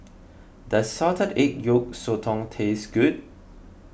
does Salted Egg Yolk Sotong taste good